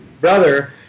Brother